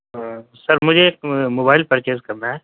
آ sir مجھے ایک mobile purchase کرنا ہے